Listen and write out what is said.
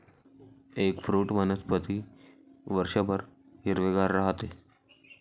eggfruit वनस्पती वर्षभर हिरवेगार राहते